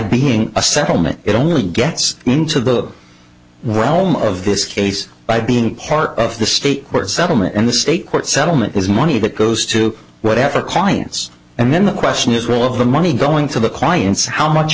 being a settlement it only gets into the realm of this case by being part of the state settlement and the state court settlement is money that goes to whatever clients and then the question is will of the money going to the clients how much